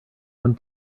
one